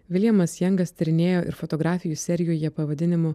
viljamas jangas tyrinėjo ir fotografijų serijoje pavadinimu